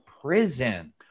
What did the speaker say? prison